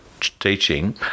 teaching